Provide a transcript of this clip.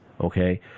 Okay